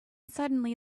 suddenly